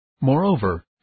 Moreover